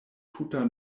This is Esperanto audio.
tuta